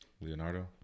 Leonardo